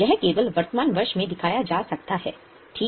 यह केवल वर्तमान वर्ष में दिखाया जा सकता है ठीक है